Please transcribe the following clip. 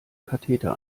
katheter